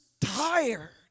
tired